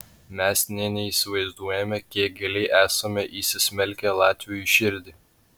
mes nė neįsivaizduojame kiek giliai esame įsismelkę latviui į širdį